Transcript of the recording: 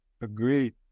Agreed